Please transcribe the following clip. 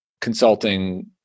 consulting